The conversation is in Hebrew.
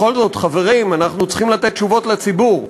בכל זאת, חברים, אנחנו צריכים לתת תשובות לציבור.